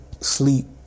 sleep